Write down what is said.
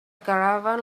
caravan